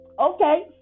Okay